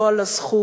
לא על הזכות,